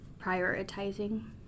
prioritizing